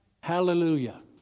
Hallelujah